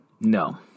No